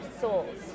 souls